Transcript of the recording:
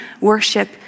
worship